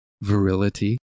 virility